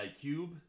Cube